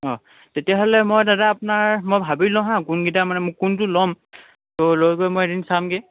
অঁ তেতিয়াহ'লে মই দাদা আপোনাৰ মই ভাবি লওঁ হাঁ কোনকেইটা মানে কোনটো ল'ম তো লৈ গৈ এদিন মই চামগৈ